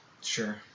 Sure